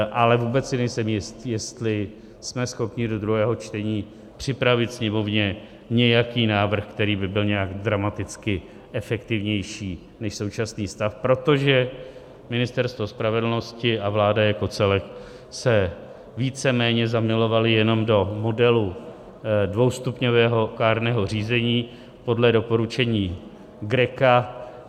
Ale vůbec si nejsem jist, jestli jsme schopni do druhého čtení připravit Sněmovně nějaký návrh, který by byl nějak dramaticky efektivnější než současný stav, protože Ministerstvo spravedlnosti a vláda jako celek se víceméně zamilovaly jenom do modelu dvoustupňového kárného řízení podle doporučení GRECO.